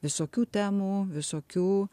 visokių temų visokių